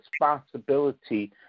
responsibility